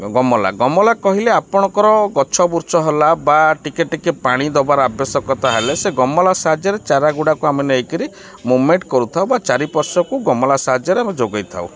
ଗମଲା ଗମଲା କହିଲେ ଆପଣଙ୍କର ଗଛ ବୁଛ ହେଲା ବା ଟିକେ ଟିକେ ପାଣି ଦବାର ଆବଶ୍ୟକତା ହେଲେ ସେ ଗମଲା ସାହାଯ୍ୟରେ ଚାରା ଗୁଡ଼ାକୁ ଆମେ ନେଇକିରି ମୁଭ୍ମେଣ୍ଟ୍ କରୁଥାଉ ବା ଚାରିପାର୍ଶ୍ଵକୁ ଗମଲା ସାହାଯ୍ୟରେ ଆମେ ଯୋଗାଇ ଥାଉ